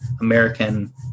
american